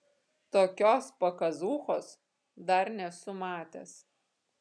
tokios pakazūchos dar nesu matęs